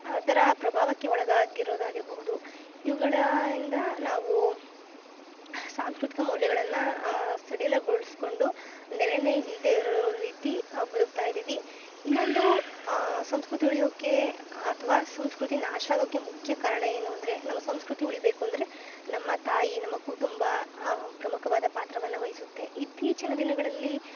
ಅದ್ರ ಪ್ರಬಾವಕ್ಕೆ ಒಳಗಾಗಿರೋದಾಗಿರ್ಬಹುದು ಇವುಗಳ ಇಂದ ನಾವು ಸಾಂಸ್ಕ್ರುತಿಕ ಮೌಲ್ಯಗಳನ್ನ ಸಡಿಲಗೊಳ್ಸ್ಕೊಂಡು ನೆಲೆನೆ ಹಿಲ್ದೆ ಇರೋ ರೀತಿ ಬದುಕ್ತಾಯಿದಿವಿ ಇನ್ನೊಂದು ಸಂಸ್ಕ್ರುತಿ ಉಳಿಯೋಕೆ ಅತ್ವ ಸಂಸ್ಕ್ರುತಿ ನಾಶ ಆಗೋಕೆ ಮುಕ್ಯ ಕಾರಣ ಏನು ಅಂದ್ರೆ ನಮ್ ಸಂಸ್ಕ್ರುತಿ ಉಳಿಬೇಕು ಅಂದ್ರೆ ನಮ್ಮ ತಾಯಿ ನಮ್ಮ ಕುಟುಂಬ ಪ್ರಮುಕವಾದ ಪಾತ್ರವನ್ನ ವಹಿಸುತ್ತೆ ಇತ್ತೀಚಿನ ದಿನಗಳಲ್ಲಿ